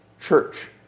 church